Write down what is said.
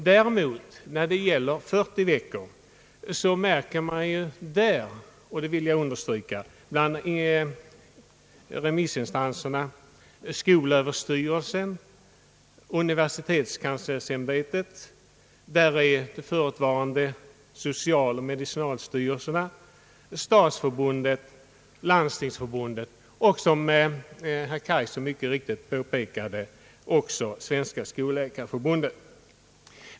Bland dem som förordar 40 veckor märker man — det vill jag understryka — skolöverstyrelsen, universitetskanslersämbetet, de förutvarande socialoch medicinalstyrelserna, Stadsförbundet, Landstingsförbundet och, som herr Kaijser mycket riktigt påpekade, även Svenska skolläkarföreningen.